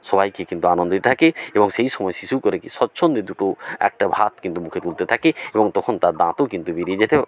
সবাইকে কিন্তু আনন্দ দিয়ে থাকে এবং সেই সময় শিশু করে কী স্বচ্ছন্দে দুটো একটা ভাত কিন্তু মুখে তুলতে থাকে এবং তখন তার দাঁতও কিন্তু বেরিয়ে যেতে